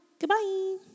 Goodbye